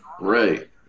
Right